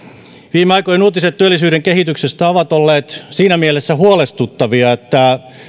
viime aikojen uutiset työllisyyden kehityksestä ovat olleet siinä mielessä huolestuttavia että